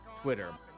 Twitter